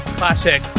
classic